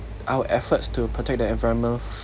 our efforts to protect the environment